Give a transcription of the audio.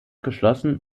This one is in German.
geschlossen